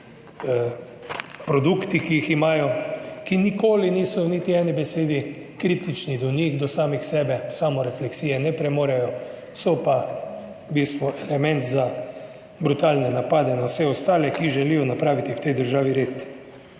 produkti, ki jih imajo, ki nikoli niso v niti eni besedi kritični do njih, do samih sebe, samorefleksije ne premorejo, so pa v bistvu element za brutalne napade na vse ostale, ki želijo napraviti v tej državi red.